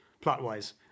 plot-wise